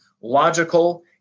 logical